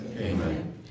Amen